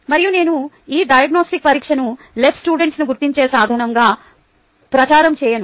మరియు నేను ఈ డయాగ్నొస్టిక్ పరీక్షను LS ను గుర్తించే సాధనంగా ప్రచారం చేయను